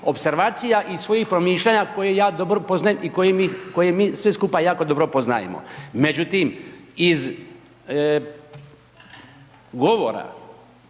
opservacija i svojih promišljanja, koje ja dobro poznajem i koje mi svi skupa jako dobro poznajemo. Međutim, iz govora,